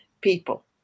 people